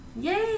Yay